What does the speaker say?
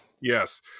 Yes